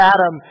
Adam